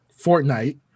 Fortnite